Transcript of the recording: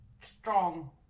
strong